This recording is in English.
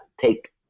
take